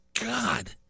God